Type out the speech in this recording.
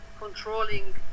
controlling